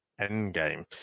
Endgame